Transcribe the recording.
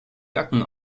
jacken